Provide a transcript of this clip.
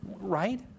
right